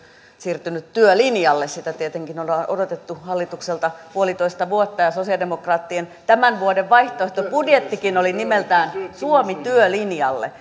siirtynyt työlinjalle sitä tietenkin ollaan odotettu hallitukselta puolitoista vuotta ja sosialidemokraattien tämän vuoden vaihtoehtobudjettikin oli nimeltään suomi työlinjalle